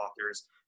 authors